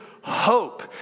Hope